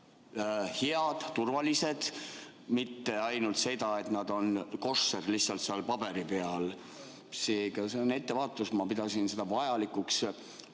head, turvalised, mitte ainult seda, et nad on koššer lihtsalt seal paberi peal. Seega, see on ettevaatus. Ma pidasin seda vajalikuks